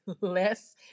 less